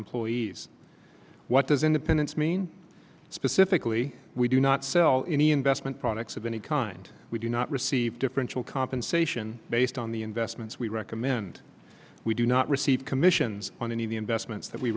employees what does independence mean specifically we do not sell any investment products of any kind we do not receive differential compensation based on the investments we recommend we do not receive commissions on any of the investments that we